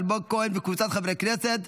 אלמוג כהן וקבוצת חברי הכנסת,